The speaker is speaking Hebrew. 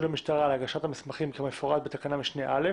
למשטרה על הגשת המסמכים כמפורט בתקנת משנה (א).